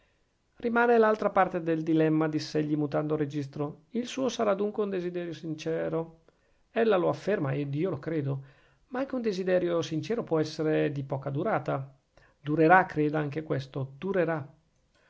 rimane l'altra parte del dilemma diss'egli mutando registro il suo sarà dunque un desiderio sincero ella lo afferma ed io lo credo ma anche un desiderio sincero può essere di poco durata durerà creda anche questo durerà